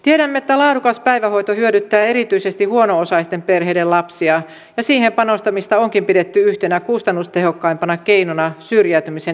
tiedämme että laadukas päivähoito hyödyttää erityisesti huono osaisten perheiden lapsia ja siihen panostamista onkin pidetty yhtenä kustannustehokkaimpana keinona syrjäytymisen ehkäisemissä